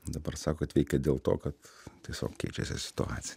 dabar sako kad veikia dėl to kad tiesiog keičiasi situacija